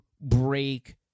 break